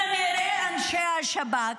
והשב"כ, כנראה אנשי השב"כ,